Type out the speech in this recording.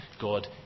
God